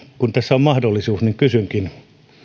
kun tässä on mahdollisuus kysynkin